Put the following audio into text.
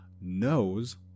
knows